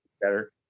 better